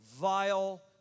vile